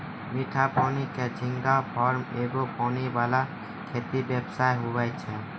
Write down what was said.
मीठा पानी के झींगा फार्म एगो पानी वाला खेती व्यवसाय हुवै छै